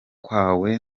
kwawe